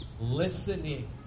listening